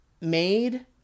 Made